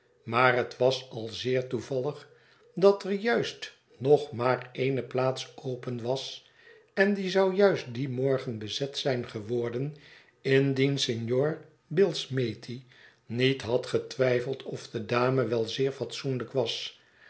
maar het was al zeer toevallig dat er juist nog maar ene plaats open was en die zou juist dien morgen bezet zijn geworden indien signor billsmethi niet had getwijfeld of de dame wel zeer fatsoenlijk was